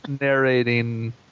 narrating